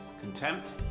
contempt